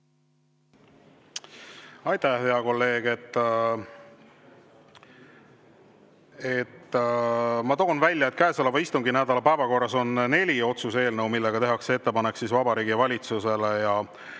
Aitäh, hea kolleeg! Ma toon välja, et käesoleva istunginädala päevakorras on neli otsuse eelnõu, millega tehakse ettepanek Vabariigi Valitsusele.